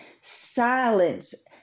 silence